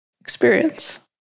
experience